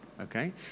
okay